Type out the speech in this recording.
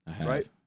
right